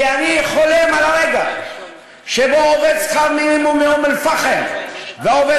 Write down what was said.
כי אני חולם על הרגע שבו עובד שכר מינימום מאום-אלפחם ועובד